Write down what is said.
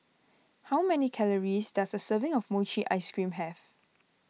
how many calories does a serving of Mochi Ice Cream have